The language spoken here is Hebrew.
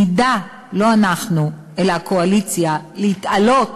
נדע, לא אנחנו אלא הקואליציה, להתעלות